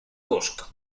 cusco